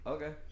Okay